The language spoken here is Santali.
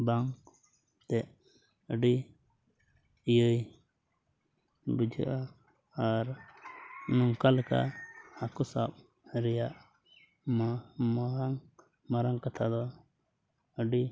ᱵᱟᱝ ᱮᱱᱛᱮᱫ ᱟᱹᱰᱤ ᱤᱭᱟᱹᱭ ᱵᱩᱡᱷᱟᱹᱜᱼᱟ ᱟᱨ ᱱᱚᱝᱠᱟ ᱞᱮᱠᱟ ᱦᱟᱹᱠᱩ ᱥᱟᱵ ᱨᱮᱭᱟᱜ ᱢᱟ ᱢᱟᱨᱟᱝ ᱢᱟᱨᱟᱝ ᱠᱟᱛᱷᱟ ᱫᱚ ᱟᱹᱰᱤ